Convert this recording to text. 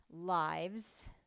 lives